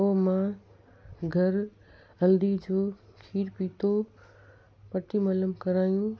पोइ मां घरु हल्दी जो खीरु पीतो पटी मलम करायूं